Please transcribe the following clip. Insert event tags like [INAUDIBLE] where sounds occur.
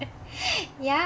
[LAUGHS] ya